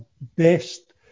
best